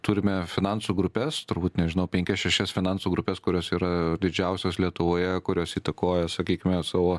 turime finansų grupes turbūt nežinau penkias šešias finansų grupes kurios yra didžiausios lietuvoje kurios įtakoja sakykime savo